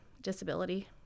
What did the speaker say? disability